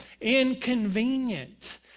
inconvenient